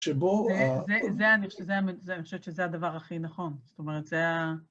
שבו... זה, אני חושבת שזה הדבר הכי נכון, זאת אומרת זה ה...